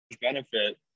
benefit